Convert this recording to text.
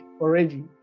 already